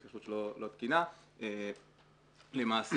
למעשה,